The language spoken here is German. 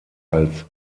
als